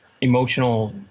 emotional –